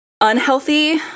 unhealthy